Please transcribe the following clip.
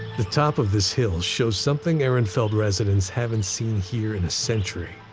the top of this hill shows something ehrenfeld residents haven't seen here in a century.